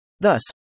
Thus